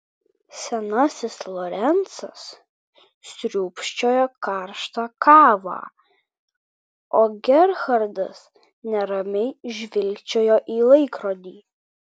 senasis lorencas sriūbčiojo karštą kavą o gerhardas neramiai žvilgčiojo į laikrodį